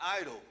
idol